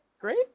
great